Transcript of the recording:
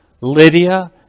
Lydia